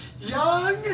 Young